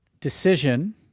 decision